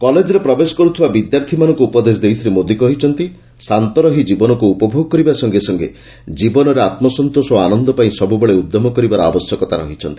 କଲେଜରେ ପ୍ରବେଶ କରୁଥିବା ବିଦ୍ୟାର୍ଥୀମାନଙ୍କୁ ଉପଦେଶ ଦେଇ ଶ୍ରୀ ମୋଦି କହିଛନ୍ତି ଶାନ୍ତରହି ଜୀବନକୁ ଉପଭୋଗ କରିବା ସଙ୍ଗେସଙ୍ଗେ ଜୀବନରେ ଆତ୍ମସନ୍ତୋଷ ଓ ଆନନ୍ଦ ପାଇଁ ସବୁବେଳେ ଉଦ୍ୟମ କରିବାର ଆବଶ୍ୟକତା ରହିଛି